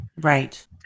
Right